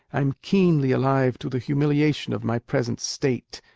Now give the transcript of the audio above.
i'm keenly alive to the humiliation of my present state,